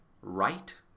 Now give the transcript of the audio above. right